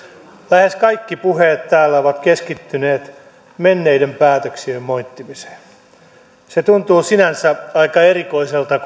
lähes kaikki puheet täällä ovat keskittyneet menneiden päätöksien moittimiseen se tuntuu sinänsä aika erikoiselta